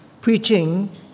preaching